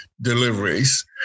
deliveries